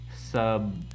sub